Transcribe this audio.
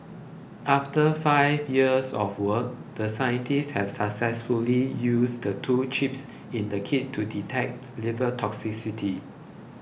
after five years of work the scientists have successfully used the two chips in the kit to detect liver toxicity